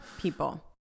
people